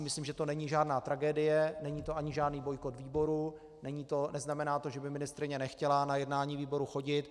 Myslím si, že to není žádná tragédie, není to ani žádný bojkot výboru, neznamená to, že by ministryně nechtěla na jednání výboru chodit.